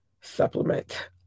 supplement